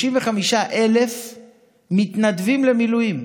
35,000 מתנדבים למילואים.